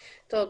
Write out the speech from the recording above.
טוב.